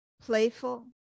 playful